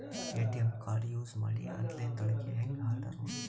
ATM card use ಮಾಡಿ online ದೊಳಗೆ ಹೆಂಗ್ ಆರ್ಡರ್ ಮಾಡುದು?